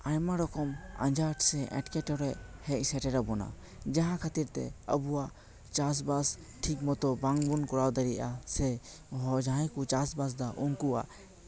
ᱟᱭᱢᱟ ᱨᱚᱠᱚᱢ ᱟᱸᱡᱷᱟᱴ ᱥᱮ ᱮᱴᱠᱮᱴᱚᱬᱮ ᱦᱮᱡ ᱥᱮᱴᱮᱨ ᱟᱵᱚᱱᱟ ᱡᱟᱦᱟᱸ ᱠᱷᱟᱹᱛᱤᱨ ᱛᱮ ᱟᱵᱚᱣᱟᱜ ᱪᱟᱥ ᱵᱟᱥ ᱴᱷᱤᱠ ᱢᱚᱛᱚ ᱵᱟᱝ ᱵᱚᱱ ᱠᱚᱨᱟᱣ ᱫᱟᱲᱮᱭᱟᱜᱼᱟ ᱥᱮ ᱦᱚᱲ ᱦᱟᱡᱟᱭ ᱠᱚ ᱪᱟᱥ ᱵᱟᱥ ᱮᱫᱟ ᱩᱱᱠᱩᱭᱟᱜ